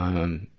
um,